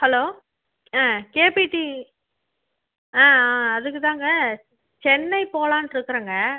hello ஆ கேபிட்டி ஆ ஆ அதுக்கு தாங்க சென்னை போகலான்ட்ருக்குறேங்க